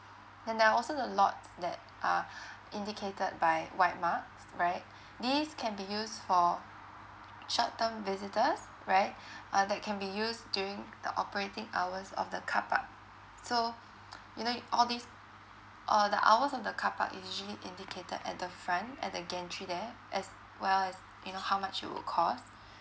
and there are also a lot that are indicated by white marks right this can be used for short term visitors right uh that can be used during the operating hours of the car park so you know all these uh the hours of the car park usually indicated at the front at the gantry there as well as you know how much it will cost